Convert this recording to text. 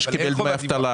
את זה שקיבל דמי אבטלה.